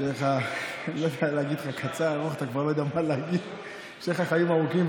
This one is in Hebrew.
שהם חלק מהדיינים,